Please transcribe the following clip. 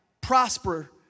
prosper